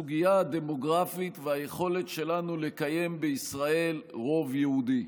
הסוגיה הדמוגרפית והיכולת שלנו לקיים בישראל רוב יהודי.